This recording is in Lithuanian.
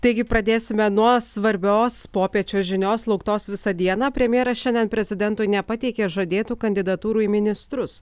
taigi pradėsime nuo svarbios popiečio žinios lauktos visą dieną premjeras šiandien prezidentui nepateikė žadėtų kandidatūrų į ministrus